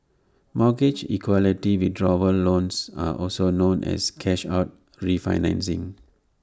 mortgage equity withdrawal loans are also known as cash out refinancing